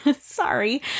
Sorry